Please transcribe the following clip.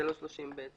זה לא לפי סעיף 30(ב).